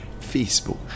Facebook